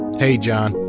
hey, john.